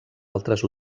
altres